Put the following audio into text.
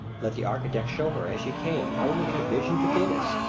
let the architect show her as she came only in a vision to phidias,